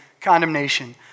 condemnation